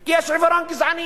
כי יש עיוורון גזעני.